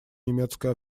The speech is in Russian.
немецкой